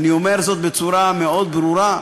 אני אומר זאת בצורה מאוד ברורה.